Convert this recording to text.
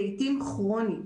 לעתים כרונית.